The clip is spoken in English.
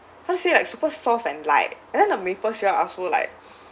how to say like super soft and light and then the maple syrup I also like